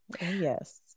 Yes